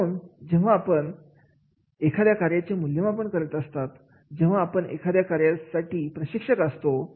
म्हणून जेव्हा आपण एखाद्या कार्याचे मूल्यमापन करत असतो जेव्हा आपण एखाद्या कार्यासाठी प्रशिक्षक असतो